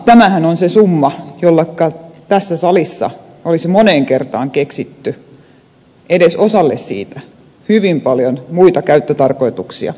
tämähän on se summa jolle tässä salissa olisi moneen kertaan keksitty edes osalle siitä hyvin paljon muita käyttötarkoituksia